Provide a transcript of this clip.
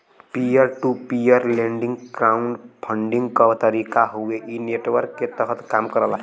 peer to peer lending crowd funding क तरीका हउवे इ नेटवर्क के तहत कम करला